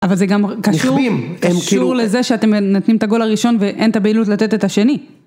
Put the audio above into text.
אבל זה גם קשור לזה שאתם נותנים את הגול הראשון ואין את הבהילות לתת את השני.